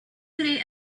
grey